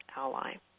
ally